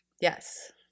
yes